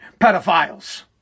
pedophiles